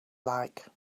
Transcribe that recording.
like